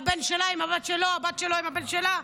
הבן שלה עם הבת שלו או הבת שלו עם הבן שלה,